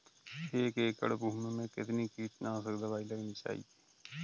एक एकड़ भूमि में कितनी कीटनाशक दबाई लगानी चाहिए?